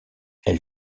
elle